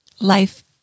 Life